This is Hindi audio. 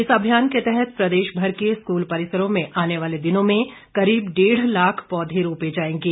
इस अभियान के तहत प्रदेश भर के स्कूल परिसरों में आने वाले दिनों में करीब डेढ़ लाख पौधे रोपे जाएंगे